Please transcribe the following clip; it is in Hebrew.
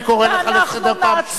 אני קורא אותך לסדר פעם שנייה.